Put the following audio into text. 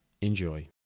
Enjoy